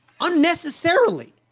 Unnecessarily